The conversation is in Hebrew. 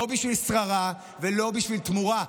לא בשביל שררה ולא בשביל תמורה.